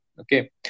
Okay